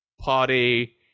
party